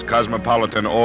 Cosmopolitan